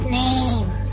name